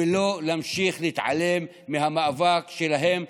ולא להמשיך להתעלם מהמאבק שלהם,